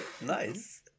Nice